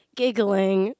giggling